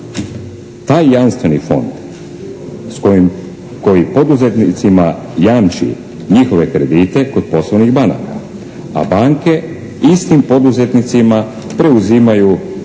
Taj Jamstveni fond s kojim, koji poduzetnicima jamči njihove kredite kod poslovnih banaka, a banke istima poduzetnicima preuzimaju